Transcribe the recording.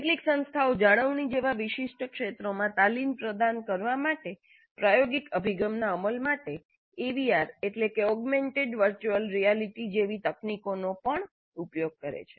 કેટલીક સંસ્થાઓ જાળવણી જેવા વિશિષ્ટ ક્ષેત્રોમાં તાલીમ પ્રદાન કરવા માટેના પ્રાયોગિક અભિગમના અમલ માટે એવીઆર ઓગમેન્ટેડ વર્ચ્યુઅલ રિયાલિટી જેવી તકનીકીઓનો પણ ઉપયોગ કરે છે